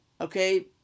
okay